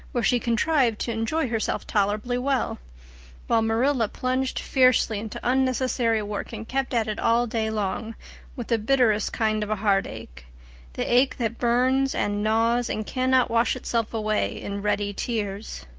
where she contrived to enjoy herself tolerably well while marilla plunged fiercely into unnecessary work and kept at it all day long with the bitterest kind of heartache the ache that burns and gnaws and cannot wash itself away in ready tears.